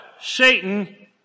Satan